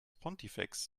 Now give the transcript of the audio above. pontifex